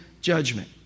judgment